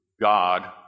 God